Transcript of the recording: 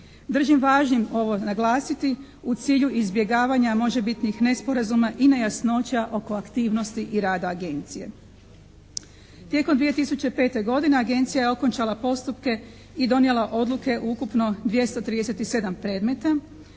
Držim važnim ovo naglasiti u cilju izbjegavanja možebitnih nesporazuma i nejasnoća oko aktivnosti i rada agencije. Tijekom 2005. godine agencija je okončala postupke i donijela odluke ukupno 237 predmeta,